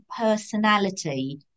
personality